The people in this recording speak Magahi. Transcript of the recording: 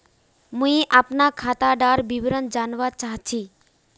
मुई अपना खातादार विवरण जानवा चाहची?